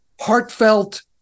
heartfelt